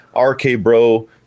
RK-Bro